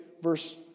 verse